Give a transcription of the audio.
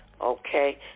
okay